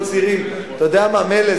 מילא,